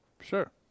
Sure